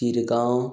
Shirgaon